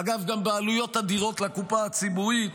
אגב, גם בעלויות אדירות לקופה הציבורית.